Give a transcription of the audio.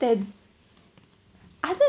than other